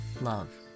Love